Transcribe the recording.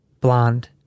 blonde